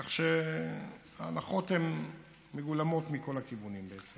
כך שההנחות מגולמות מכל הכיוונים.